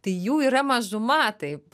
tai jų yra mažuma taip